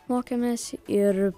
mokėmės ir